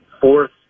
fourth